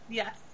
yes